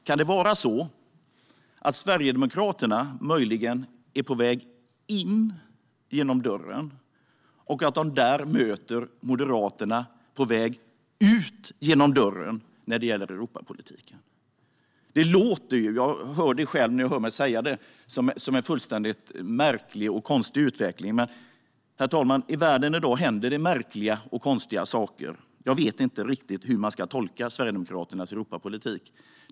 Kan det möjligen vara så att Sverigedemokraterna är på väg in genom dörren och att de där möter Moderaterna på väg ut genom dörren när det gäller Europapolitiken? Jag hör själv när jag säger det att det låter som en fullständigt märklig och konstig utveckling, men i världen i dag händer märkliga och konstiga saker. Jag vet inte riktigt hur man ska tolka Sverigedemokraternas Europapolitik.